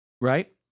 right